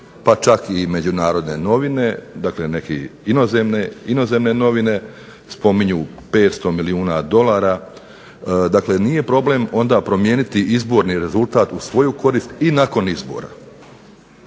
priča i piše, pa čak i inozemne novine spominju 500 milijuna dolara, dakle nije onda problem promijeniti izborni rezultat u svoju korist i nakon izbora.